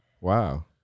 Wow